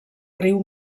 riu